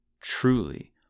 Truly